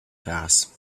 gas